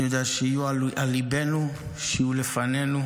אני יודע, שיהיו על ליבנו, שיהיו לפנינו,